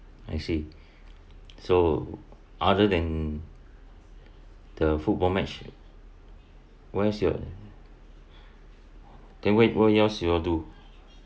I see so other than the football match where else your tian wei what else you all do